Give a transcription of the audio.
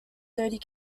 thirty